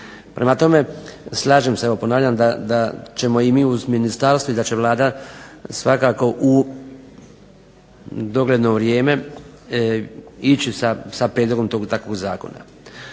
Prema tome, slažem se evo ponavljam da ćemo i mi uz ministarstvo i da će Vlada svakako u dogledno vrijeme ići sa prijedlogom tog i takvog zakona.